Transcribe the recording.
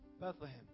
Bethlehem